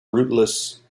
rootless